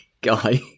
guy